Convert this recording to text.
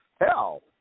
Hell